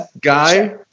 guy